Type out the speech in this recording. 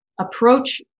approach